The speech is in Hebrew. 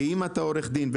אם אתה עורך דין,